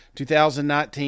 2019